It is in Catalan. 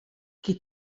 qui